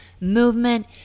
movement